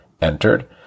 entered